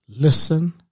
listen